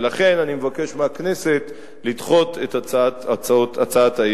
ולכן, אני מבקש מהכנסת לדחות את הצעת האי-אמון.